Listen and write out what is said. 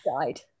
died